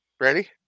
Ready